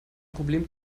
problem